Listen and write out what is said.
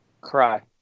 cry